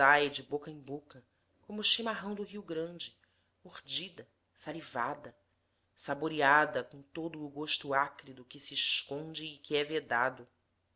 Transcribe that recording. de boca em boca como o chimarrão do rio grande mordida salivada saboreada com todo o gosto acre do que se esconde e que é vedado